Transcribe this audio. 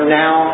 now